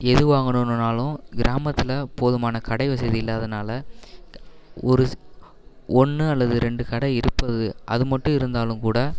எது வாங்கணும்னாலும் கிராமத்தில் போதுமான கடை வசதி இல்லாததனால ஒரு ஒன்று அல்லது ரெண்டு கடை இருப்பது அது மட்டும் இருந்தாலும் கூட